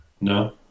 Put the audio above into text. No